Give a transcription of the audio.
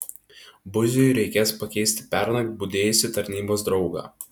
buziui reikės pakeisti pernakt budėjusį tarnybos draugą